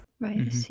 right